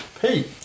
Pete